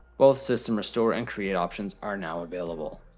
both system restore and create options are now available.